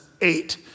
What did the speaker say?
eight